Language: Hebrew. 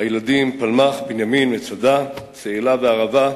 הילדים פלמח, בנימין, מצדה, צאלה וערבה,